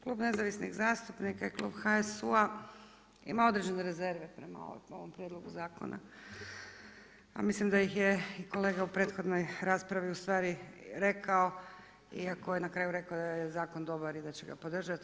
Klub nezavisnih zastupnika i klub HSU-a ima određene rezerve prema ovom prijedlogu zakona, a mislim da ih je i kolega u prethodnoj raspravi u stvari rekao iako je na kraju rekao da je zakon dobar i da će ga podržati.